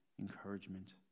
encouragement